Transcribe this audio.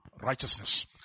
righteousness